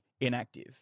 inactive